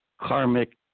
karmic